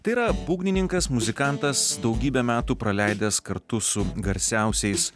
tai yra būgnininkas muzikantas daugybę metų praleidęs kartu su garsiausiais